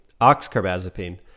oxcarbazepine